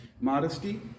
Modesty